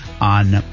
on